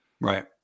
right